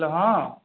कहौँ